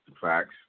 Facts